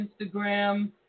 Instagram